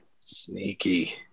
Sneaky